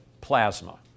plasma